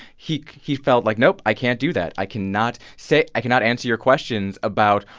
he he felt like, nope, i can't do that. i cannot say i cannot answer your questions about,